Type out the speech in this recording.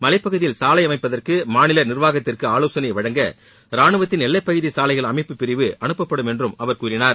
மலைப் பகுதியில் சாலை அமைப்பதற்கு மாநில நிர்வாகத்திற்கு ஆலோசனை வழங்க ராணுவத்தின் எல்லைப்பகுதி சாலைகள் அமைப்பு பிரிவை அனுப்பப்படும் என்றும் அவர் கூறினார்